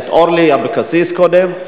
את אורלי אבקסיס קודם.